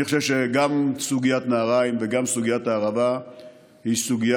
אני חושב שגם סוגיית נהריים וגם סוגיית הערבה הן סוגיות